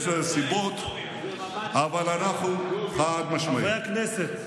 יש לזה סיבות, אבל אנחנו, חד-משמעית, חברי הכנסת.